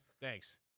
thanks